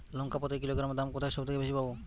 লঙ্কা প্রতি কিলোগ্রামে দাম কোথায় সব থেকে বেশি পাব?